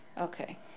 Okay